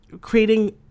creating